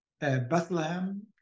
Bethlehem